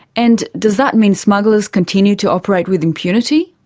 and does that mean smugglers continue to operate with impunity?